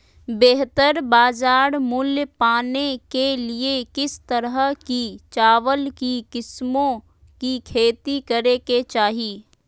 बेहतर बाजार मूल्य पाने के लिए किस तरह की चावल की किस्मों की खेती करे के चाहि?